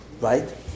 right